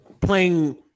playing